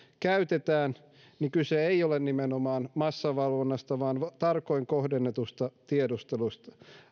käytetään niin kyse ei ole nimenomaan massavalvonnasta vaan tarkoin kohdennetusta tiedustelusta